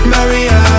Maria